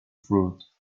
fruit